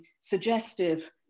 suggestive